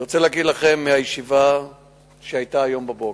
אני רוצה להגיד לכם מהישיבה שהיתה היום בבוקר,